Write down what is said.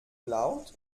laut